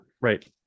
Right